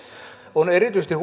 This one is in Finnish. on erityisesti